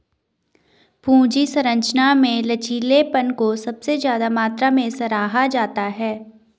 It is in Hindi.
पूंजी संरचना में लचीलेपन को सबसे ज्यादा मात्रा में सराहा जाता है